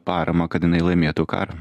paramą kad jinai laimėtų karą